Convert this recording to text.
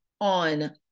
on